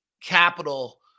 capital